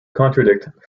contradict